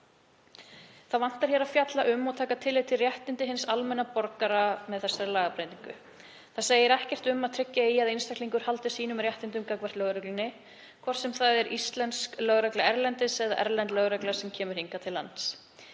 Þá vantar hér að fjalla um og taka tillit til réttinda hins almenna borgara með þessari lagabreytingu. Það segir ekkert um að tryggja eigi að einstaklingur haldi sínum réttindum gagnvart lögreglunni, hvort sem það er íslensk lögregla erlendis eða erlend lögregla sem kemur hingað til lands.